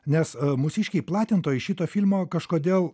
nes mūsiškiai platintojai šito filmo kažkodėl